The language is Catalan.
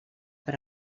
per